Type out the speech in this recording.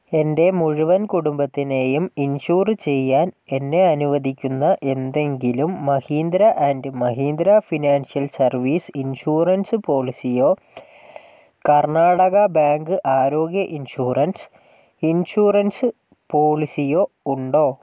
എൻ്റെ മുഴുവൻ കുടുംബത്തിനെയും ഇൻഷൂർ ചെയ്യാൻ എന്നെ അനുവദിക്കുന്ന എന്തെങ്കിലും Mahindra and Mahindra financial service insurance പോളിസിയോ കർണ്ണാടക ബാങ്ക് ആരോഗ്യ ഇൻഷൂറൻസ് ഇൻഷൂറൻസ് പോളിസിയോ ഉണ്ടോ